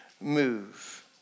move